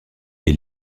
est